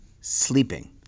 sleeping